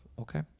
okay